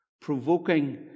provoking